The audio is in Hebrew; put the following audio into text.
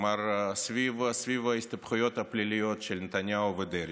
כלומר סביב ההסתבכויות הפליליות של נתניהו ודרעי.